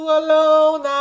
alone